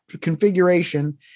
configuration